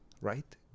right